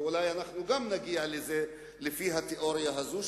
ואולי אנחנו גם נגיע לזה לפי התיאוריה הזו,